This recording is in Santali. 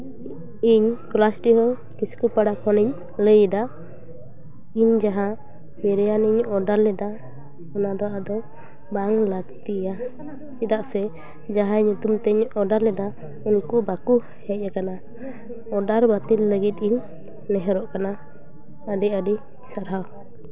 ᱤᱧ ᱯᱚᱞᱟᱥᱰᱤᱦᱟᱹ ᱠᱤᱥᱠᱩ ᱯᱟᱲᱟ ᱠᱷᱚᱱᱤᱧ ᱞᱟᱹᱭᱫᱟ ᱤᱧ ᱡᱟᱦᱟᱸ ᱵᱤᱨᱭᱟᱱᱤᱧ ᱚᱰᱟᱨ ᱞᱮᱫᱟ ᱚᱱᱟ ᱫᱚ ᱟᱫᱚ ᱵᱟᱝ ᱞᱟᱹᱠᱛᱤᱭᱟ ᱪᱮᱫᱟᱜ ᱥᱮ ᱡᱟᱦᱟᱸᱭ ᱧᱩᱛᱩᱢ ᱛᱤᱧ ᱚᱰᱟᱨ ᱞᱮᱫᱟ ᱩᱱᱠᱩ ᱵᱟᱠᱚ ᱦᱮᱡ ᱠᱟᱱᱟ ᱚᱰᱟᱨ ᱵᱟᱹᱛᱤᱞ ᱞᱟᱹᱜᱤᱫ ᱤᱧ ᱱᱮᱦᱚᱨᱚᱜ ᱠᱟᱱᱟ ᱟᱹᱰᱤ ᱟᱹᱰᱤ ᱥᱟᱨᱦᱟᱣ